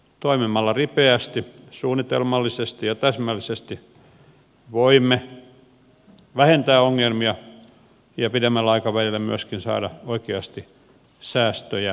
toimimalla ripeästi suunnitelmallisesti ja täsmällisesti voimme vähentää ongelmia ja pidemmällä aikavälillä myöskin saada oikeasti säästöjä aikaiseksi